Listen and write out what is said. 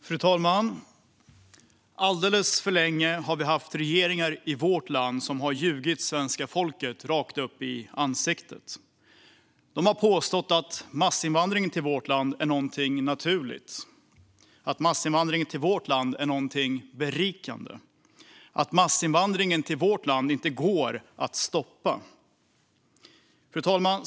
Fru talman! Alldeles för länge har vi haft regeringar i vårt land som har ljugit svenska folket rakt upp i ansiktet. De har påstått att massinvandringen till vårt land är något naturligt och berikande och något som inte går att stoppa. Fru talman!